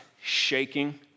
shaking